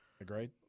agreed